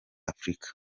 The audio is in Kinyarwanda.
afurika